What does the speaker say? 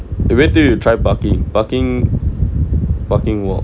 eh wait till you try parking parking parking